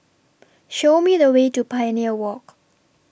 Show Me The Way to Pioneer Walk